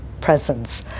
presence